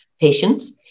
patients